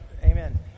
amen